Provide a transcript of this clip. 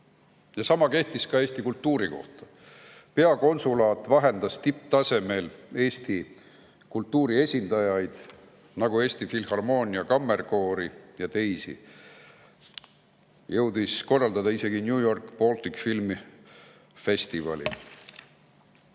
Sama kehtib Eesti kultuuri kohta. Peakonsulaat on vahendanud tipptasemel Eesti kultuuriesindajaid, näiteks Eesti Filharmoonia Kammerkoori ja teisi, jõudis korraldada isegi New York Baltic Film Festivali.